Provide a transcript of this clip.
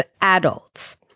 adults